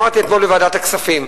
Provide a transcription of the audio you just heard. אמרתי אתמול בוועדת הכספים: